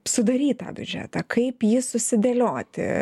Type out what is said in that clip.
sudaryt tą biudžetą kaip jį susidėlioti